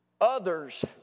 Others